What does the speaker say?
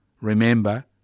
remember